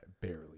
Barely